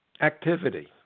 activity